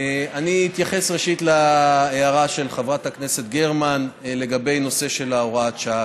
אני אתייחס ראשית להערה של חברת הכנסת גרמן לגבי הנושא של הוראת השעה,